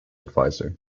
adviser